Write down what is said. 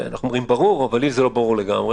אנחנו אומרים ברור, אבל לי זה לא ברור לגמרי.